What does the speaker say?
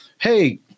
Hey